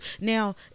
Now